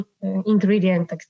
ingredient